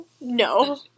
no